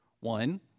One